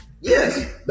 yes